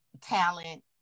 talent